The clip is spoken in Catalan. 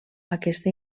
aquesta